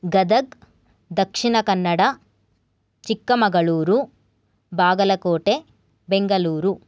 Gadag Dakshina Kannada Chikkamagaluru Bagalkote Bengaluru